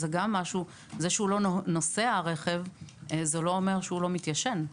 זה שהרכב לא נוסע לא אומר שהוא לא מתיישן.